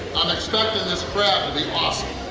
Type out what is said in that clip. i'm expecting this crab to be awesome!